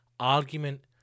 Argument